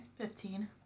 Fifteen